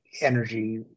energy